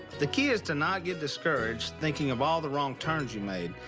the key is to not get discouraged thinking of all the wrong turns you made.